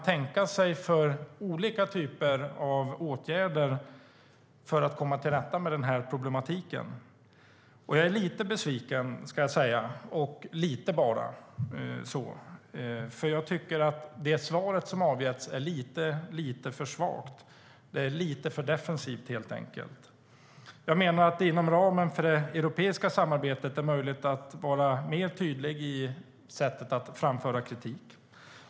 Jag vill egentligen veta vilka olika typer av åtgärder statsrådet kan tänka sig att vidta för att komma till rätta med problematiken. Jag är lite besviken, men bara lite, för jag tycker att det svar som avgetts är lite för svagt. Det är helt enkelt lite för defensivt. Jag menar att det inom ramen för det europeiska samarbetet är möjligt att vara mer tydlig i sättet att framföra kritik.